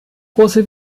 große